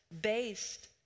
based